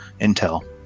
intel